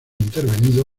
intervenido